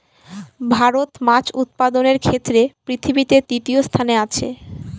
ভারত মাছ উৎপাদনের ক্ষেত্রে পৃথিবীতে তৃতীয় স্থানে আছে